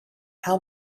how